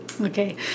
okay